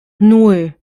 nan